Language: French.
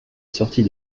sortie